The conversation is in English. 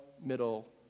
middle